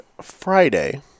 Friday